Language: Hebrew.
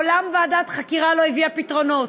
ועדת חקירה מעולם לא הביאה פתרונות,